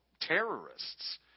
terrorists